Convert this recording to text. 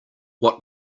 what